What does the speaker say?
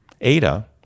Ada